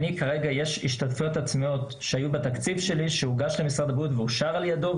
יש השתתפויות עצמיות שהיו בתקציב שלי שהוגש למשרד הבריאות ואושר על ידו,